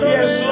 Yes